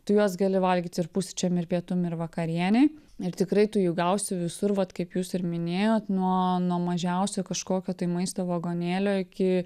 tu juos gali valgyt ir pusryčiam ir pietum ir vakarienei ir tikrai tų jų gausi visur vat kaip jūs ir minėjot nuo nuo mažiausio kažkokio tai maisto vagonėlio iki